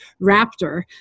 raptor